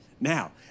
Now